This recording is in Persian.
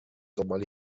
دنبال